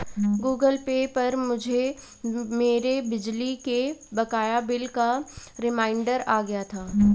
Google Pay पर मुझे मेरे बिजली के बकाया बिल का रिमाइन्डर आ गया था